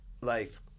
life